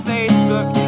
Facebook